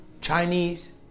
Chinese